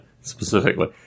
specifically